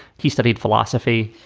he studied philosophy.